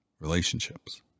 relationships